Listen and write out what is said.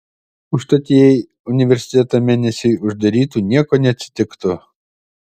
užtat jei universitetą mėnesiui uždarytų nieko neatsitiktų